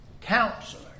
counselor